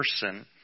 person